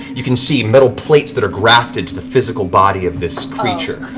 you can see metal plates that are grafted to the physical body of this creature.